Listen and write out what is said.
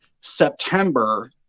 september